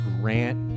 grant